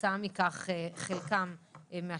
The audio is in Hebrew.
כתוצאה מכך.